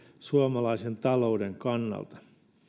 suomalaisen talouden kannalta